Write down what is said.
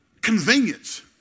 convenience